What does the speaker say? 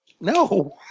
No